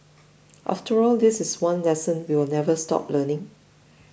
after all this is one lesson we will never stop learning